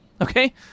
Okay